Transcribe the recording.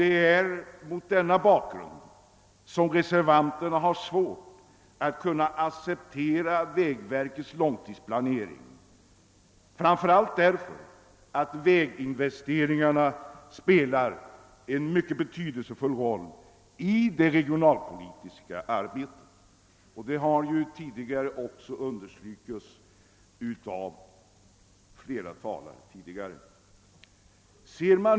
Det är mot denna bakgrund som reservanterna har svårt att kunna acceptera vägverkets långtidsplanering, framför allt därför att väginvesteringarna spelar en mycket betydelsefull roll i det regionalpolitiska arbetet. Det har ju också understrukits av flera tidigare talare.